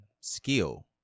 skill